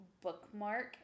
bookmark